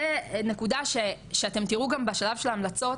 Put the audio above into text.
זו נקודה שאתם תראו גם בשלב של ההמלצות,